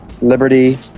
liberty